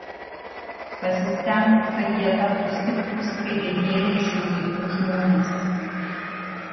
pasistenk kad jie taptų stiprūs kaip bedieviai šių laikų žmonės